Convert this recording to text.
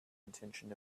intention